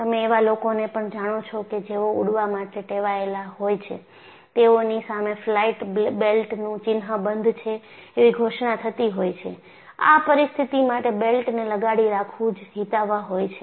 તમે એવા લોકોને પણ જાણો છો કે જેઓ ઉડવા માટે ટેવાયેલા હોય છે તેઓની સામે ફ્લાઇટ બેલ્ટનું ચિહ્ન બંધ છે એવી ઘોષણા થતી હોય છે આ પરિસ્થિતિ માટે બેલ્ટને લગાડી રાખવું જ હિતાવહ હોય છે